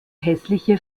hässliche